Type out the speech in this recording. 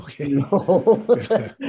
Okay